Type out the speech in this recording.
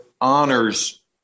honors